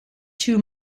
two